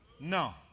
No